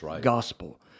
gospel